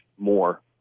more